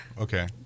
okay